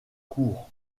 cour